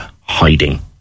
hiding